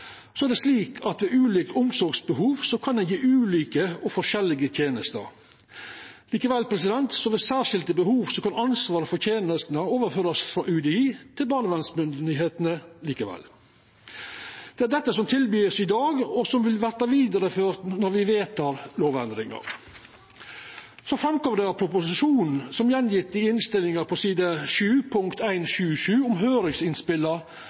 Ved ulikt omsorgsbehov kan ein gje ulike og forskjellige tenester. Likevel, ved særskilde behov kan ansvaret for tenestene overførast frå UDI til barnevernsmyndigheitene likevel. Det er dette som vert tilbydd i dag, og som vil verta vidareført når me vedtek lovendringa. Det kjem fram av proposisjonen, som attgjeve i innstillinga på side sju, punkt 1.7.7, om høyringsinnspela